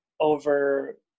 over